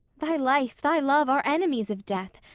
thy life, thy love are enemies of death.